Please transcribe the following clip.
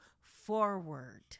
forward